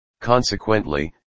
Consequently